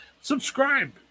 subscribe